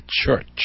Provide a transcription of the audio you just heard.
church